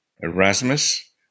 Erasmus